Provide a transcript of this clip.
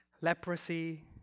leprosy